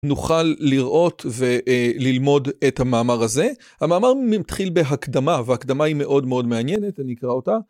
נוכל לראות וללמוד את המאמר הזה המאמר מתחיל בהקדמה והקדמה היא מאוד מאוד מעניינת אני אקרא אותה